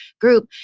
group